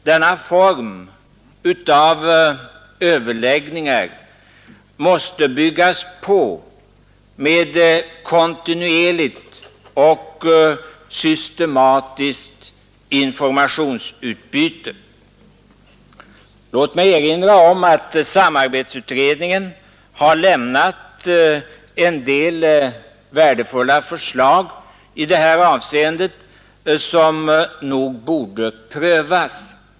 Denna form av överläggningar måste byggas på med kontinuerligt och systematiskt informationsutbyte. Låt mig erinra om att samarbetsutredningen har lämnat en del värdefulla förslag i detta avseende som nog borde prövas.